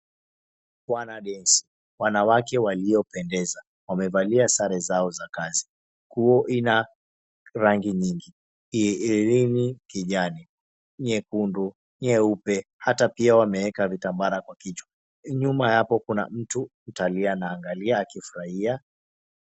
Wanadensi, wanawake waliopendeza wamevalia sare zao za kazi. Nguo inarangi nyingi, herini kijani, nyekundu, nyeupe hata pia wameeka vitambara kwa kichwa. Nyuma ya hapo kuna mtu muitaliano anaangalia akifurahia.